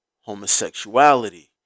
homosexuality